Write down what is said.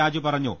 രാജു പറഞ്ഞു